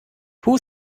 who